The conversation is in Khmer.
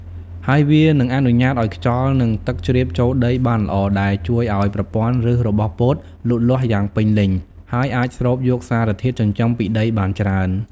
ហើយវានឹងអនុញ្ញាតឱ្យខ្យល់ និងទឹកជ្រាបចូលដីបានល្អ ដែលជួយឱ្យប្រព័ន្ធឫសរបស់ពោតលូតលាស់យ៉ាងពេញលេញ និងអាចស្រូបយកសារធាតុចិញ្ចឹមពីដីបានច្រើន។